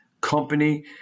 company